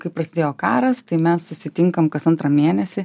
kai prasidėjo karas tai mes susitinkam kas antrą mėnesį